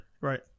Right